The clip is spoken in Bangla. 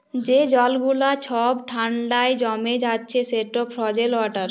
যে জল গুলা ছব ঠাল্ডায় জমে যাচ্ছে সেট ফ্রজেল ওয়াটার